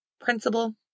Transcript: principal